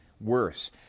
worse